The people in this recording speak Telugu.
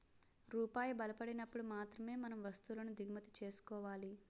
రూపాయి బలపడినప్పుడు మాత్రమే మనం వస్తువులను దిగుమతి చేసుకోవాలి